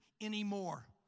anymore